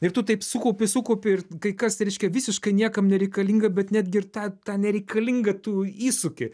ir tu taip sukaupi sukaupi ir kai kas reiškia visiškai niekam nereikalinga bet netgi ir tą tą nereikalingą tu įsuki